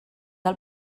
del